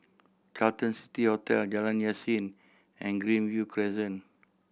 Carlton City Hotel Jalan Yasin and Greenview Crescent